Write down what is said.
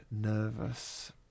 nervous